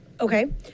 Okay